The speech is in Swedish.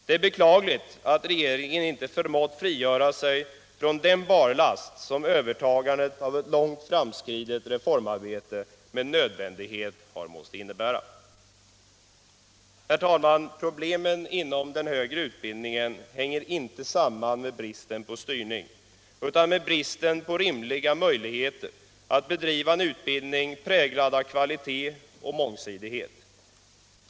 Det är beklagligt att regeringen inte förmått frigöra sig från den barlast som övertagandet av ett långt framskridet reformarbete med nödvändighet har inneburit. Problemen inom den högre utbildningen hänger inte samman med bristen på styrning, utan med bristen på rimliga möjligheter att bedriva en utbildning präglad av kvalitet och mångsidighet.